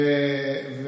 כן.